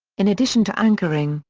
in addition to anchoring,